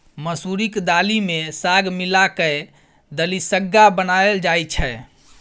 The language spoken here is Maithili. मसुरीक दालि मे साग मिला कय दलिसग्गा बनाएल जाइ छै